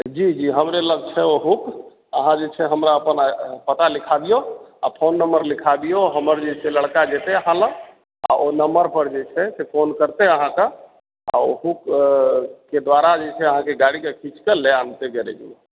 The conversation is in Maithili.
जी जी हमरे लग छै ओ हुक अहाँ जे छै हमरा अपन पता लिखा दियौ आ फोन नम्बर लिखा दियौ हमर जे छै से लड़का जेतै अहाँ लग आ ओ नम्बर पर जे छै से फोन करतै अहाँके आ ओ हुक के दुआरा जे छै अहाँके गाड़ीके खीँचके ले आनतै गैरेजमे